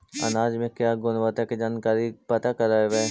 अनाज मे क्या गुणवत्ता के जानकारी पता करबाय?